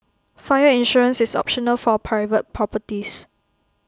fire insurance is optional for private properties